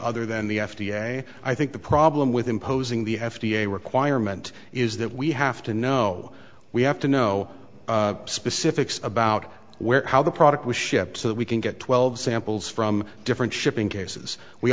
other than the f d a i think the problem with imposing the f d a requirement is that we have to know we have to know specifics about where how the product was shipped so that we can get twelve samples from different shipping cases we